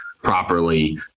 Properly